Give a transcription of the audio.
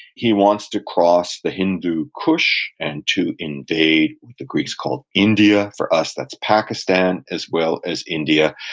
he wants to cross the hindu kush and to invade what the greeks called india for us, that's pakistan as well as india.